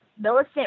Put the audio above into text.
Millicent